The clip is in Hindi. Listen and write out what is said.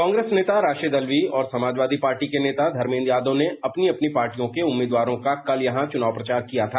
कांग्रेस नेता राशिद अल्वी और समाजवादी पार्टी के नेता धर्मेद्र यादव ने अपनी अपनी पार्टियों के उम्मीदवारों का कल यहां चुनाव प्रचार किया था